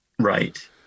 right